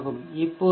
இப்போது பி